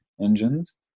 engines